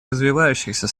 развивающихся